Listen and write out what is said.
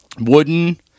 wooden